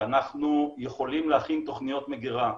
שאנחנו יכולים להכין תוכניות מגרה.